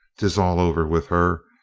tis all over with her,